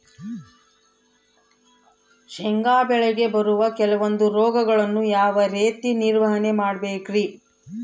ಶೇಂಗಾ ಬೆಳೆಗೆ ಬರುವ ಕೆಲವೊಂದು ರೋಗಗಳನ್ನು ಯಾವ ರೇತಿ ನಿರ್ವಹಣೆ ಮಾಡಬೇಕ್ರಿ?